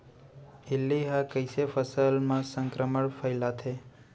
इल्ली ह कइसे फसल म संक्रमण फइलाथे?